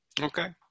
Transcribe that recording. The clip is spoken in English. Okay